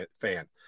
fan